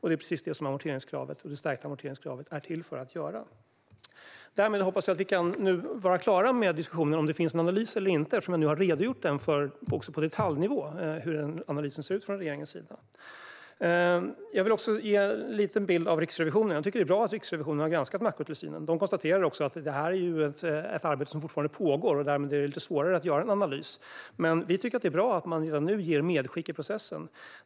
Det är precis detta som det stärkta amorteringskravet är till för att göra. Jag hoppas att vi därmed kan vara klara med diskussionen om huruvida det finns en analys eller inte eftersom jag också på detaljnivå har redogjort för hur regeringens analys ser ut. Jag tycker att det är bra att Riksrevisionen har granskat makrotillsynen. Man konstaterar också att det är ett arbete som fortfarande pågår och att det därmed blir svårare att göra en analys. Vi tycker att det är bra att man ger medskick i processen.